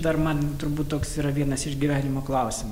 dar man turbūt toks yra vienas iš gyvenimo klausimų